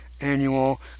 annual